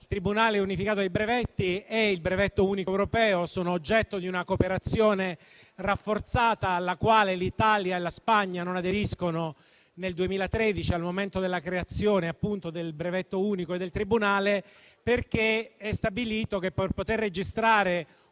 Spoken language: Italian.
il Tribunale unificato dei brevetti e il brevetto unico europeo sono oggetto di una cooperazione rafforzata alla quale l'Italia e la Spagna non aderiscono nel 2013, al momento della creazione del brevetto unico e del Tribunale, perché è stabilito che, per poter registrare